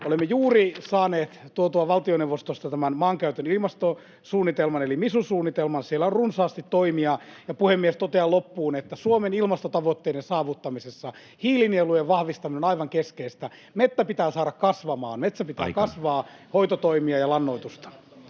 Olemme juuri saaneet tuotua valtioneuvostosta maankäytön ilmastosuunnitelman eli MISU-suunnitelman. Siellä on runsaasti toimia. Puhemies! Totean loppuun, että Suomen ilmastotavoitteiden saavuttamisessa hiilinielujen vahvistaminen on aivan keskeistä. Metsä pitää saada kasvamaan. [Puhemies: Aika!] Metsän pitää kasvaa — hoitotoimia ja lannoitusta.